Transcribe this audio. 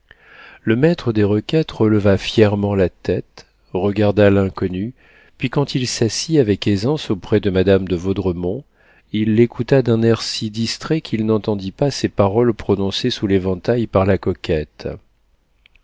le maître des requêtes releva fièrement la tête regarda l'inconnue puis quand il s'assit avec aisance auprès de madame de vaudremont il l'écouta d'un air si distrait qu'il n'entendit pas ces paroles prononcées sous l'éventail par la coquette